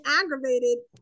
aggravated